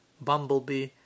bumblebee